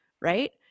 right